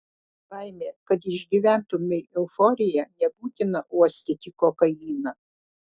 laimė kad išgyventumei euforiją nebūtina uostyti kokainą